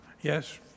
Yes